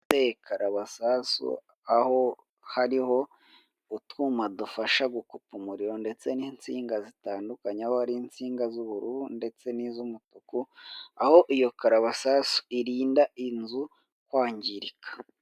Iteye karabasasa aho hariho utwuma dufasha gukupa umuriro ndetse n'insinga zitandukanye, aho ari insinga z'ubururu ndetse n'iz'umutuku aho iyo karabasasu irinda inzu kwangirika.